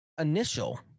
initial